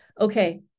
Okay